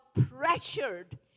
pressured